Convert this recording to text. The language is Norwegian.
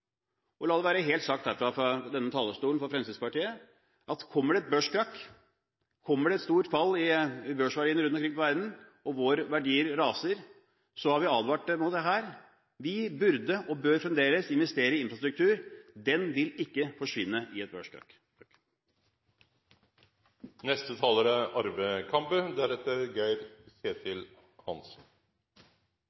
Og la det være sagt fra denne talerstol fra Fremskrittspartiet at kommer det et børskrakk, kommer det et stort fall i børsverdiene rundt omkring i verden, og våre verdier raser, har vi advart: Vi burde og bør fremdeles investere i infrastruktur. Den vil ikke forsvinne i et børskrakk.